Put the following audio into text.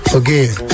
again